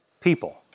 people